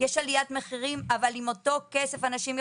זה שהיית מעסיק טוב לא